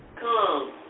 come